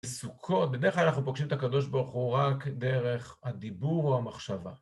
לסוכות, בדרך כלל אנחנו פוגשים את הקדוש ברוך הוא רק דרך הדיבור או המחשבה.